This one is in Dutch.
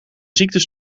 ziektes